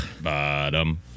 Bottom